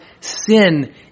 sin